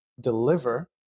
deliver